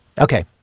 Okay